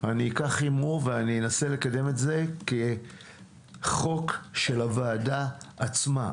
אני אקח הימור ואנסה לקדם זאת כחוק של הוועדה עצמה.